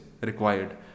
required